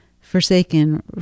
forsaken